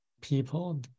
people